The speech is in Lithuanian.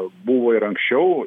buvo ir anksčiau